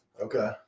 Okay